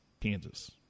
Kansas